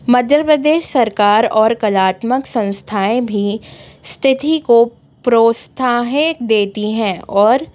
मध्य प्रदेश सरकार और कलात्मक संस्थाएँ भी स्थिति को प्रोत्साहित देती है और